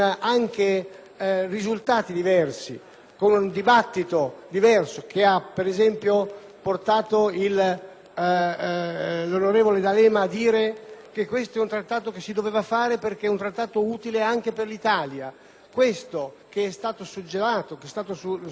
portato l'onorevole D'Alema a dire che questo è un Trattato che si doveva fare perché è utile anche all'Italia. Questo che è stato suggellato dal Governo in carica è comunque un fatto politico importante.